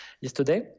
yesterday